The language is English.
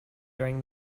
during